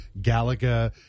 Galaga